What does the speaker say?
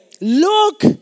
Look